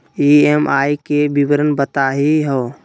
EMI के विवरण बताही हो?